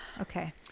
Okay